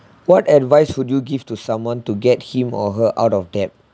what advice would you give to someone to get him or her out of debt